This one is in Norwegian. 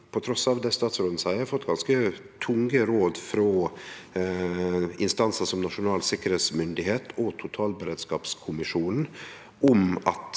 – trass i det statsråden seier – har fått ganske tunge råd frå instansar som Nasjonal sikkerheitsmyndigheit og totalberedskapskommisjonen, om at